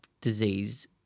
disease